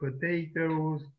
potatoes